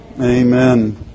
Amen